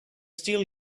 still